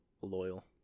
loyal